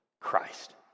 Christ